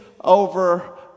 over